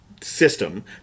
system